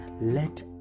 Let